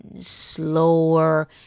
Slower